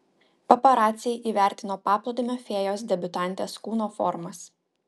paparaciai įvertino paplūdimio fėjos debiutantės kūno formas